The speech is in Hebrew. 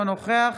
אינו נוכח